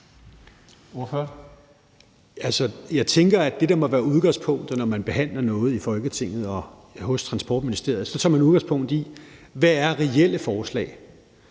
Jeg tænker, at når man behandler noget i Folketinget og i Transportministeriet, så tager man udgangspunkt i, hvad der er reelle forslag,